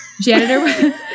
Janitor